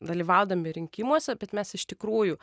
dalyvaudami rinkimuose bet mes iš tikrųjų